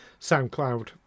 SoundCloud